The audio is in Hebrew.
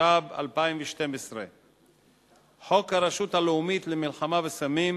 התשע"ב 2012. חוק הרשות הלאומית למלחמה בסמים